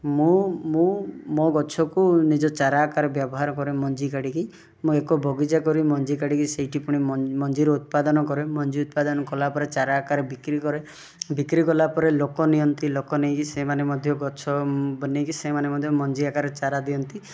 ମୁଁ ମୁଁ ମୋ ଗଛକୁ ନିଜ ଚାରା ଆକାର ବ୍ୟବହାର କରେ ମଞ୍ଜି କାଢ଼ିକି ମୁଁ ଏକ ବଗିଚା କରି ମଞ୍ଜି କାଢ଼ିକି ସେଇଠି ପୁଣି ମ ମଞ୍ଜିରୁ ଉତ୍ପାଦନ କରେ ମଞ୍ଜି ଉତ୍ପାଦନ କଲା ପରେ ଚାରା ଆକାରରେ ବିକ୍ରି କରେ ବିକ୍ରି କଲା ପରେ ଲୋକ ନିଅନ୍ତି ଲୋକ ନେଇକି ସେମାନେ ମଧ୍ୟ ଗଛ ବନାଇକି ସେମାନେ ମଧ୍ୟ ମଞ୍ଜି ଆକାରରେ ଚାରା ଦିଅନ୍ତି